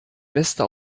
beste